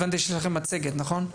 הבנתי שיש לכם מצגת, נכון?